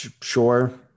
Sure